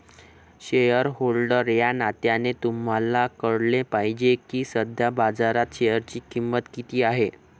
shareholder या नात्याने तुम्हाला कळले पाहिजे की सध्या बाजारात शेअरची किंमत किती आहे